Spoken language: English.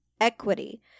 equity